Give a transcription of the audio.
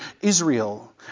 Israel